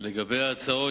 לגבי ההצעות